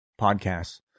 podcasts